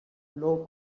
low